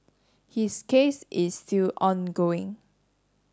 his case is still ongoing